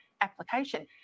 application